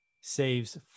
saves